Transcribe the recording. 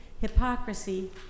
hypocrisy